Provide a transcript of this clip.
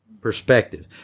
perspective